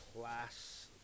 class